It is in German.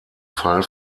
fall